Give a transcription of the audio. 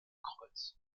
kreuz